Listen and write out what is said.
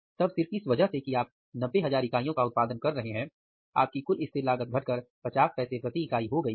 तब सिर्फ इसकी वजह से कि आप 90000 इकाइयों का उत्पादन कर रहे हैं आपकी कुल स्थिर लागत घटकर पचास पैसे प्रति इकाई हो गई है